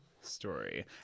story